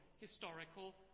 historical